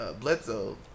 Bledsoe